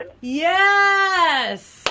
Yes